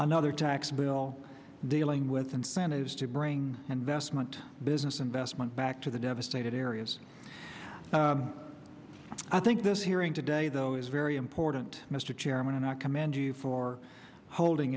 another tax bill dealing with incentives to bring investment business investment back to the devastated areas i think this hearing today though is very important mr chairman and i commend you for holding